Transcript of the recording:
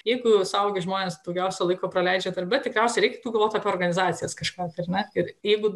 jeigu suaugę žmonės daugiausia laiko praleidžia darbe tikriausiai reiktų galvoti apie organizacijas kažką ar ne ir jeigu